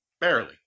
Barely